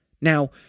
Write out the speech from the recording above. Now